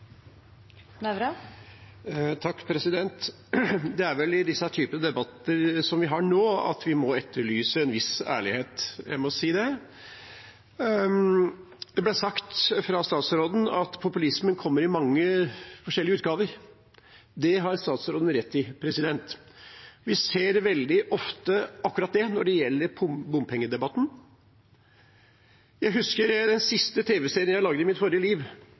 Det er vel i den typen debatter vi har nå, at vi må etterlyse en viss ærlighet. Jeg må si det. Fra statsråden ble det sagt at populismen kommer i mange forskjellige utgaver. Det har statsråden rett i. Vi ser veldig ofte akkurat det når det gjelder bompengedebatten. I den siste tv-serien jeg lagde i mitt forrige liv